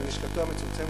עם לשכתו המצומצמת,